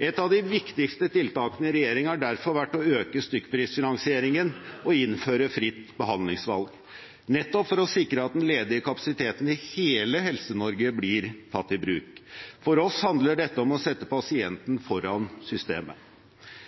Et av de viktigste tiltakene i regjering har derfor vært å øke stykkprisfinansieringen og innføre fritt behandlingsvalg, nettopp for å sikre at den ledige kapasiteten i hele Helse-Norge blir tatt i bruk. For oss handler dette om å sette pasienten foran systemet.